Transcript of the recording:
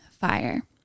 Fire